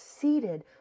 seated